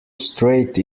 straight